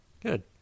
Good